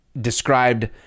described